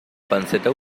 panceta